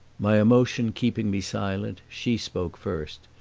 my emotion keeping me silent she spoke first,